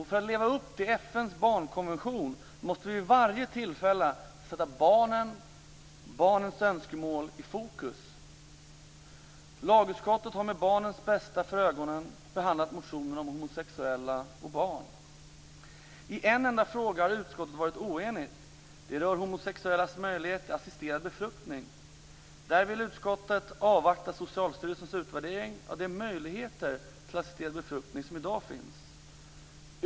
För att leva upp till FN:s barnkonvention måste vi vid varje tillfälle sätta barnens önskemål i fokus. Lagutskottet har med barnens bästa för ögonen behandlat motionerna om homosexuella och barn. I en enda fråga har utskottet varit oenigt. Det rör homosexuellas möjlighet till assisterad befruktning. Där vill utskottet avvakta Socialstyrelsens utvärdering av de möjligheter till assisterad befruktning som i dag finns.